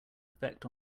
effect